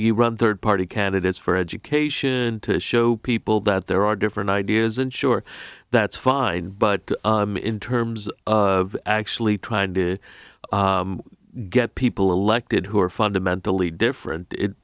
you run third party candidates for education to show people that there are different ideas and sure that's fine but in terms of actually trying to get people elected who are fundamentally different it